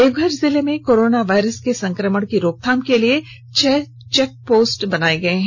देवघर जिले में corona virus के संक्रमण की रोकथाम के लिए छह चेक पोस्ट बनाये गये हैं